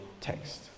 text